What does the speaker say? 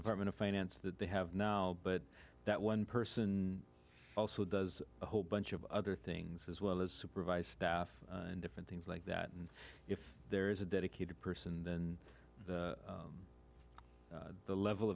department of finance that they have now but that one person also does a whole bunch of other things as well as supervise staff and different things like that and if there is a dedicated person then the